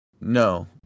No